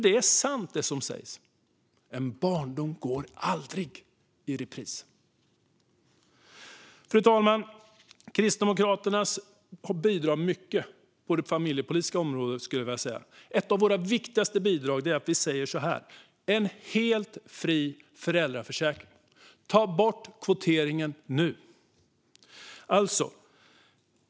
Det som sägs är sant: En barndom går aldrig i repris. Fru talman! Kristdemokraterna bidrar mycket på det familjepolitiska området. Ett av våra viktigaste bidrag är att vi vill se en helt fri föräldraförsäkring. Ta bort kvoteringen nu!